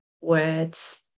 words